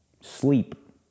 Sleep